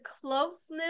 closeness